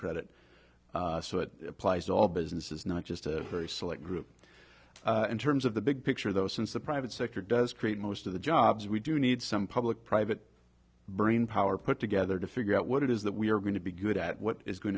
credit so it applies to all businesses not just a very select group in terms of the big picture though since the private sector does create most of the jobs we do need some public private brainpower put together to figure out what it is that we are going to be good at what is going